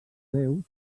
déus